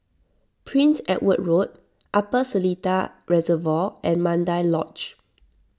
Prince Edward Road Upper Seletar Reservoir and Mandai Lodge